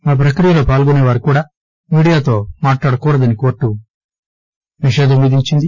ఆ ప్రక్రియలో పాల్గొనేవారు కూడా మీడియాతో మాట్లాడకూడదని కోర్టు ఆదేశించింది